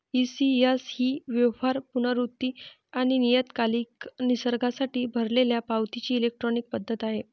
ECS ही व्यवहार, पुनरावृत्ती आणि नियतकालिक निसर्गासाठी भरलेल्या पावतीची इलेक्ट्रॉनिक पद्धत आहे